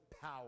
power